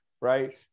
right